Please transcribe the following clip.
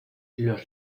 los